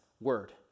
word